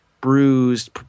bruised